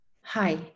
Hi